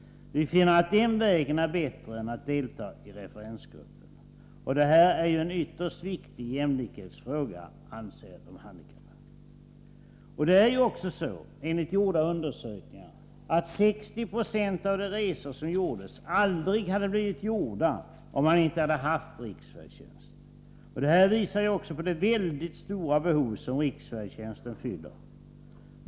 Vi finner att den vägen är bättre än att delta i referensgruppen. Det här är ju en ytterst viktig jämlikhetsfråga, anser de handikappade. Det är ju också så — enligt gjorda undersökningar — att 60 20 av de resor som gjordes aldrig hade blivit gjorda, om man inte hade haft riksfärdtjänst. Och det här visar ju också på det väldigt stora behov som riksfärdtjänsten fyller.